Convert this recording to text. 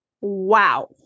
Wow